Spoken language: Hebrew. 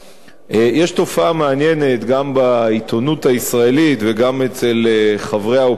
יש תופעה מעניינת גם בעיתונות הישראלית וגם אצל חברי האופוזיציה,